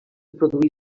produir